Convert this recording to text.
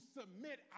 submit